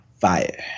fire